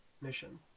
mission